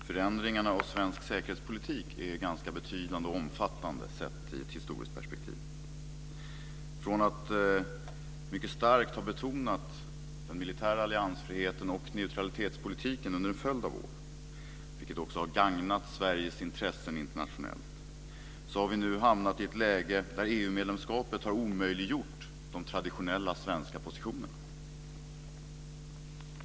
Fru talman! Förändringarna av svensk säkerhetspolitik är ganska betydande och omfattande - sett i ett historiskt perspektiv. Från att mycket starkt ha betonat den militära alliansfriheten och neutralitetspolitiken under en följd av år, vilket också har gagnat Sveriges intressen internationellt, har vi nu hamnat i ett läge där EU-medlemskapet har omöjliggjort de traditionella svenska positionerna.